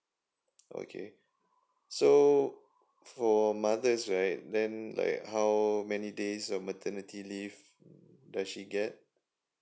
okay so for mothers right then like how many days of maternity leave does she get